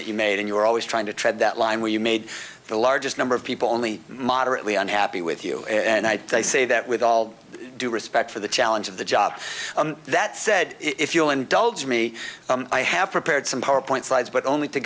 that you made and you were always trying to tread that line where you made the largest number of people only moderately unhappy with you and i say that with all due respect for the challenge of the job that said if you'll indulge me i have prepared some power point slides but only to